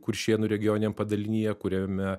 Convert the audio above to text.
kuršėnų regioniniam padalinyje kuriame